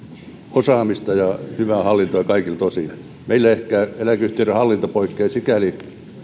osaamista ja hyvää hallintoa kaikilta osin meillä ehkä eläkeyhtiöiden hallinto poikkeaa